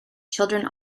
children